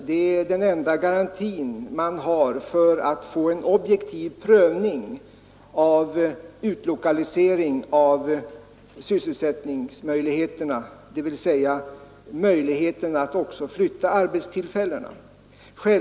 Det är den enda garantin man har för att få en objektiv prövning av alternativet utlokaliseringen av sysselsättningsmöjligheterna, dvs. möjligheterna att flytta arbetstillfällena som alternativ till att flytta arbetskraften.